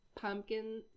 pumpkin